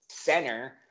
center